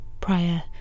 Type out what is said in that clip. prior